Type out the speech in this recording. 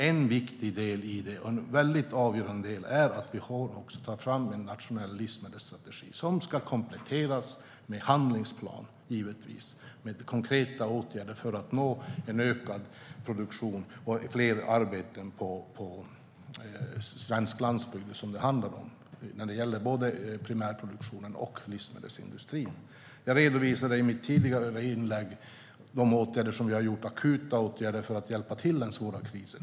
En viktig och avgörande del i det är att vi har tagit fram en nationell livsmedelsstrategi, som givetvis ska kompletteras med en handlingsplan och konkreta åtgärder för att nå en ökad produktion och fler arbeten på svensk landsbygd, som det handlar om, både i primärproduktionen och i livsmedelsindustrin. Jag redovisade i mitt tidigare inlägg de akuta åtgärder vi har vidtagit för att hjälpa till i den svåra krisen.